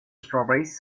strawberries